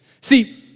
See